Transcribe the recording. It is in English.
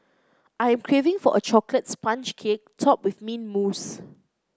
I am craving for a chocolate sponge cake topped with mint mousse